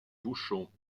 bouchons